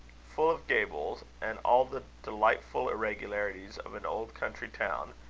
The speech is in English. full of gables and all the delightful irregularities of an old country-town,